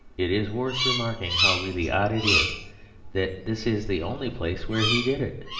it is worth remarking how really odd it is that this is the only place where he did it.